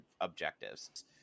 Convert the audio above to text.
objectives